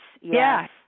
yes